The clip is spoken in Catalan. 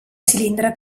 cilindre